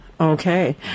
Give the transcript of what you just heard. Okay